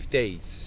days